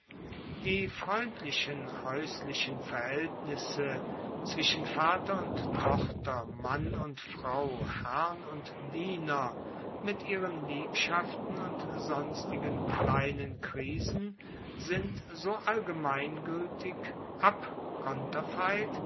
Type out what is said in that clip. die freundlichen haeuslichen verhaeltnisse zwischen vater und tochter mann und frau herrn und diener mit ihren liebschaften und sonstigen kleinen krisen sind so allgemeingueltig abkonterfeit